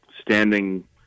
standing